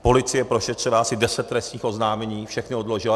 Policie prošetřila asi deset trestních oznámení, všechna odložila.